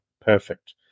perfect